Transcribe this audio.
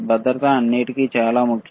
భద్రత అన్నింటికీ చాలా ముఖ్యం